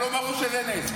לא ברור שזה נס.